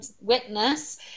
witness